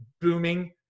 booming